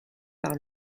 par